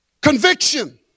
conviction